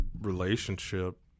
relationship